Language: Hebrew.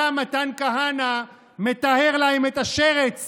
אתה, מתן כהנא, מטהר להם את השרץ